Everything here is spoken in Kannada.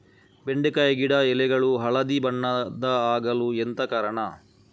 ಬೆಂಡೆಕಾಯಿ ಗಿಡ ಎಲೆಗಳು ಹಳದಿ ಬಣ್ಣದ ಆಗಲು ಎಂತ ಕಾರಣ?